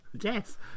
yes